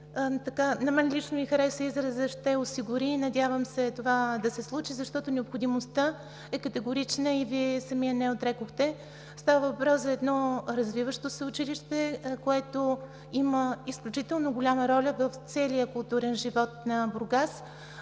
На мен лично ми хареса изразът „ще осигури“ и се надявам това да се случи, защото необходимостта е категорична и Вие не я отрекохте. Става въпрос за едно развиващо се училище, което има изключително голяма роля в целия културен живот на Бургас.